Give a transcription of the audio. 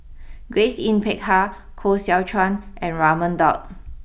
Grace Yin Peck Ha Koh Seow Chuan and Raman Daud